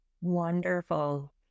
Wonderful